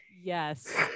yes